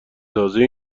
تازه